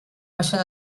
baixar